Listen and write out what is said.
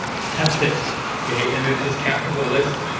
that's it, okay, and it it just captures a list.